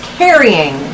carrying